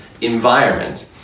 environment